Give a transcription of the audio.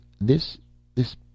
This—this